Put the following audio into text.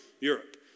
Europe